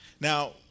Now